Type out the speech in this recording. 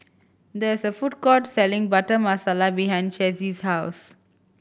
there is a food court selling Butter Masala behind Chessie's house